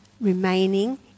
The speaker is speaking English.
remaining